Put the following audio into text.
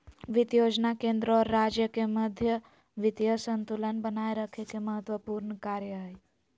वित्त योजना केंद्र और राज्य के मध्य वित्तीय संतुलन बनाए रखे के महत्त्वपूर्ण कार्य हइ